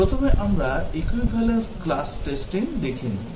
প্রথমে আমরা equivalence class testing দেখে নিই